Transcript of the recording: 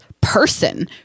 person